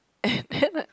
and then her